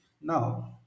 now